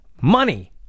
money